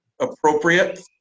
appropriate